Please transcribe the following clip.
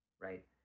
right